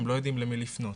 הם לא יודעים למי לפנות,